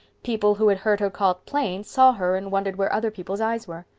people who had heard her called plain saw her and wondered where other people's eyes were.